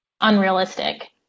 unrealistic